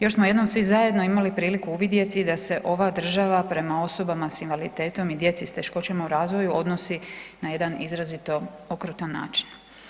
Još smo jednom svi zajedno imali priliku uvidjeti da se ova država prema osobama s invaliditetom i djeci s teškoćama u razvoju odnosi na jedan izrazito okrutan način.